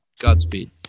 Godspeed